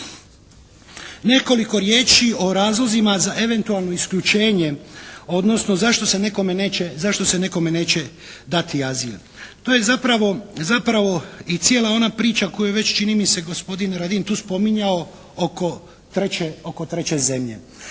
Nekoliko riječi o razlozima za eventualno isključenje, odnosno zašto se nekome neće, zašto se nekome neće dati azil. To je zapravo i cijela ona priča koju je čini mi se već gospodin Radin tu spominjao oko treće zemlje.